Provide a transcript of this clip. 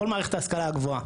כל מערכת ההשכלה הגבוהה,